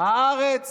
הארץ